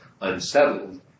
unsettled